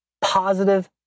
positive